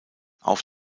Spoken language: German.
auf